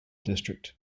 district